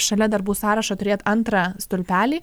šalia darbų sąrašo turėt antrą stulpelį